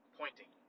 pointing